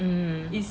mm mm